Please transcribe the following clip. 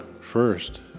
first